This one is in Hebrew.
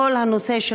הוא כל הנושא של